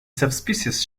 subspecies